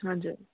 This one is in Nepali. हजुर